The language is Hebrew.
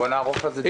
בוא נערוך על זה דיון.